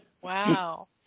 Wow